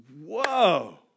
whoa